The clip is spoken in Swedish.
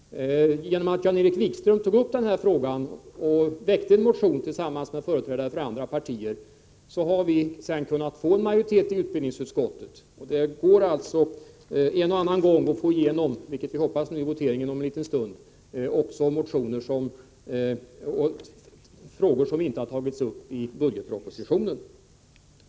Genom att Jan-Erik Wikström tog upp den här frågan och väckte en motion tillsammans med företrädare för andra partier, har vi kunnat få en majoritet för saken i utbildningsutskottet. Det går alltså en och annan gång att få igenom — vi hoppas att det skall bli så nu i voteringen om en liten stund — också förslag som inte tagits upp i budgetpropositionen.